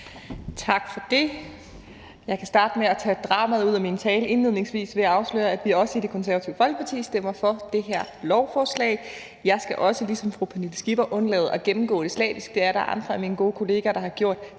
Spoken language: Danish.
Tak for det. Jeg kan indledningsvis starte med at tage dramaet ud af min tale ved at afsløre, at vi også i Det Konservative Folkeparti stemmer for det her lovforslag. Jeg skal også ligesom fru Pernille Skipper undlade at gennemgå det slavisk; det er der andre af mine gode kollegaer der har gjort